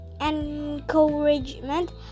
Encouragement